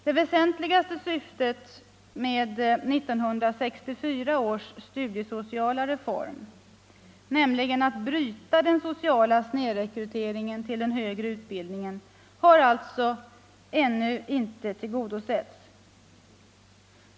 Det väsentligaste syftet med 1964 års studiesociala reform, nämligen att bryta den sociala snedrekryteringen till högre utbildning, har alltså ännu inte tillgodosetts.